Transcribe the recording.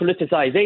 politicization